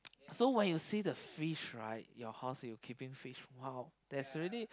so when you see the fish right your house you keeping fish !wow! that's really